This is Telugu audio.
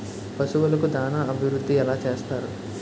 పశువులకు దాన అభివృద్ధి ఎలా చేస్తారు?